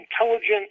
intelligent